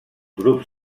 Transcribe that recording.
grups